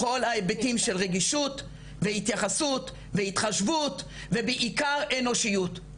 בכל ההיבטים של רגישות והתייחסות והתחשבות ובעיקר אנושיות,